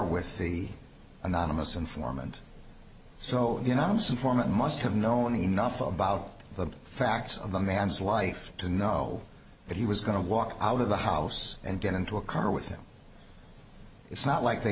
with the anonymous informant so you know this informant must have known enough about the facts of the man's life to know that he was going to walk out of the house and get into a car with him it's not like they